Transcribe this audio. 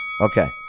Okay